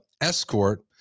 escort